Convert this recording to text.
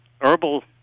herbal